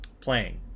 playing